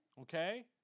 Okay